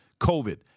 COVID